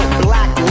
black